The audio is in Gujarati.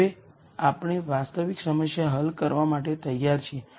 હવે આપણે વાસ્તવિક સમસ્યા હલ કરવા માટે તૈયાર છીએ